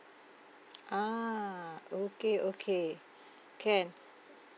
a'ah okay okay can